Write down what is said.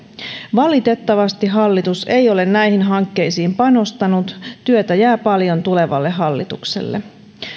valitettavasti hallitus ei ole näihin hankkeisiin panostanut työtä jää paljon tulevalle hallitukselle